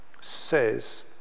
says